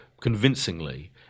convincingly